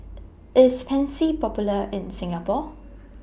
IS Pansy Popular in Singapore